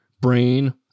brain